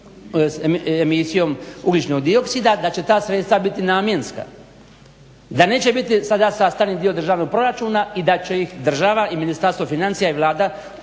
emisijom ugljičnog dioksida da će ta sredstva biti namjenska, da neće biti sada sastavni dio državnog proračuna i da će ih država i Ministarstvo financija i Vlada